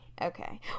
okay